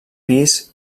pis